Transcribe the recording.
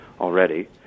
already